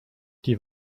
die